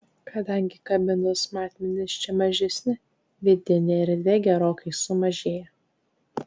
kadangi kabinos matmenys čia mažesni vidinė erdvė gerokai sumažėja